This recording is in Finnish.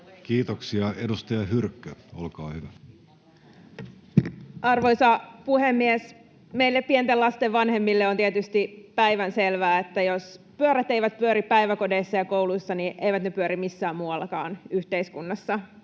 vihr) Time: 16:48 Content: Arvoisa puhemies! Meille pienten lasten vanhemmille on tietysti päivänselvää, että jos pyörät eivät pyöri päiväkodeissa ja kouluissa, niin eivät ne pyöri missään muuallakaan yhteiskunnassa.